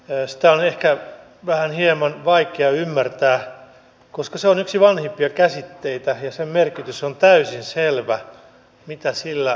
sitä on ehkä hieman vaikea ymmärtää koska se on yksi vanhimpia käsitteitä ja sen merkitys on täysin selvä mitä sillä tarkoitetaan